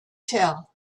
tell